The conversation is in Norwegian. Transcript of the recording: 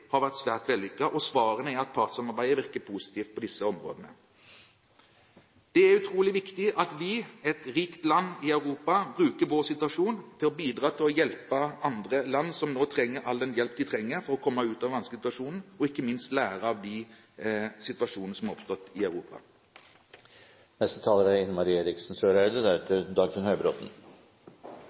har vært svært vellykket, og svarene er at partssamarbeidet virker positivt på disse områdene. Det er utrolig viktig at vi, et rikt land i Europa, bruker vår situasjon til å bidra til å hjelpe andre land som nå trenger all den hjelp de kan få for å komme ut av den vanskelige situasjonen, og ikke minst lærer av de situasjonene som har oppstått i Europa.